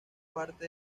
parte